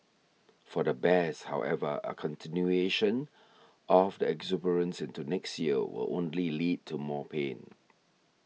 for the bears however a continuation of the exuberance into next year will only lead to more pain